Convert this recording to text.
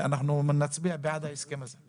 אנחנו נצביע בעד ההסכם הזה.